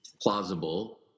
plausible